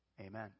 Amen